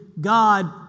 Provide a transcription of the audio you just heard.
God